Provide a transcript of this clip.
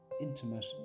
intimate